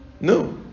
No